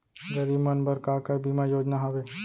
गरीब मन बर का का बीमा योजना हावे?